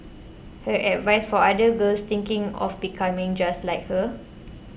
her advice for other girls thinking of becoming just like her